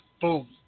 boom